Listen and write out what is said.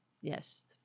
Yes